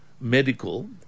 medical